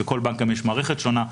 בכל בנק גם יש מערכת שונה.